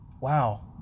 wow